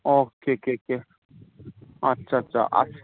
okay ꯀꯦ ꯀꯦ ꯑꯆꯥ ꯆꯥ ꯑꯁ